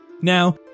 Now